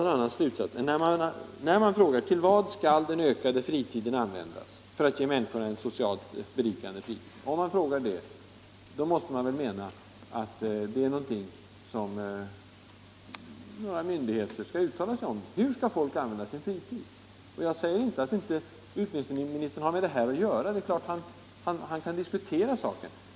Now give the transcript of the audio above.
Om man frågar vad den ökade fritiden skall användas till för att ge människorna ett socialt berikande liv, måste man mena att det är något som några myndigheter skall uttala sig om. Det är klart att utbildningsministern kan diskutera saken.